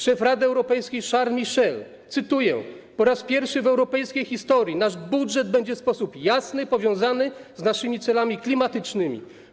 Szef Rady Europejskiej Charles Michel, cytuję: Po raz pierwszy w europejskiej historii nasz budżet będzie w sposób jasny powiązany z naszymi celami klimatycznymi.